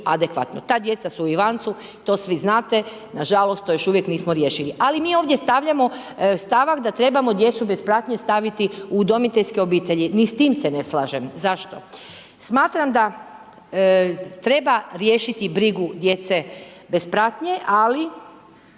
Ta djeca su u Ivancu, to svi znate, nažalost to još uvijek nismo riješili. Ali mi ovdje stavljamo stavak da trebamo djecu bez pratnje staviti u udomiteljske obitelji, ni s tim se ne slažem. Zašto? Smatram da treba riješiti brigu djece bez pratnje ali